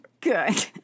Good